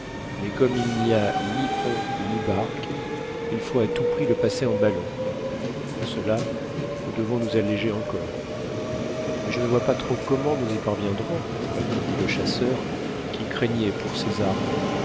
mais comme il n'y a ni pont ni barques il faut à tout prix le passer en ballon pour cela nous devons nous alléger encore mais je ne vois pas trop comment nous y parviendrons répondit le chasseur qui craignait pour ses armes